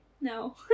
No